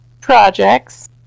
projects